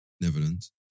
Netherlands